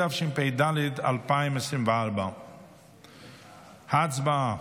התשפ"ד 2024. הצבעה.